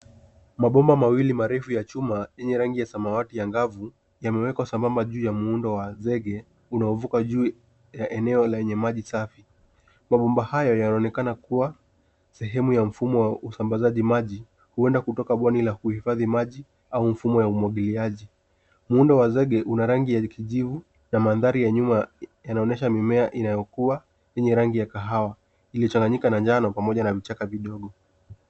Mabomba mawili marefu ya chuma yenye rangi ya samawati angavu yamewekwa sambamba juu muundo wa zege unaovuka juu ya eneo lenye maji safi. Mabomba haya yanaonekana kuwa sehemu ya mfumo wa usambazaji maji huenda kutoka bwawa la kuhifadhi maji au mfumo wa umwagiliaji. Muundo wa zege una rangi ya kijivu na mandhari ya nyuma inaonyesha mimea inayokua yenye rangi ya kahawa iliyochanganyika na njano pamoja na vichaka vidogo.